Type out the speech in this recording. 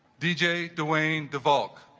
dewayne dewayne the bulk